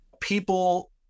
people